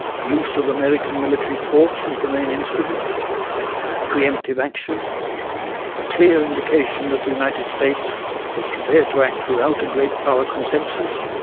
use of american military force as the main instrument preemptive action a clear indication that the united states was prepared to act without a great power consensus,